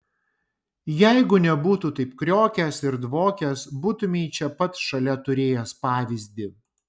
jeigu nebūtų taip kriokęs ir dvokęs būtumei čia pat šalia turėjęs pavyzdį